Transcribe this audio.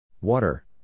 Water